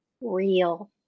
real